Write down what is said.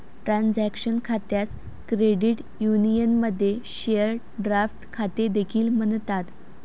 transaction खात्यास credit युनियनमध्ये share draft खाते देखील म्हणतात